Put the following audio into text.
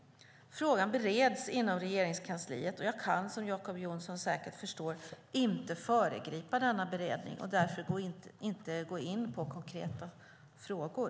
Frågan bereds inom Regeringskansliet och jag kan som Jacob Johnson säkert förstår inte föregripa denna beredning och därför inte gå in på konkreta frågor.